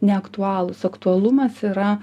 neaktualūs aktualumas yra